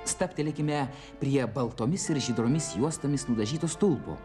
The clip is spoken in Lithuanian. stabtelėkime prie baltomis ir žydromis juostomis nudažyto stulpo